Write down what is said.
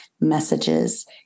messages